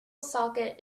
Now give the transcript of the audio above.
socket